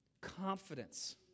confidence